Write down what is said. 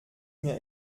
mir